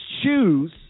choose